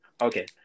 Okay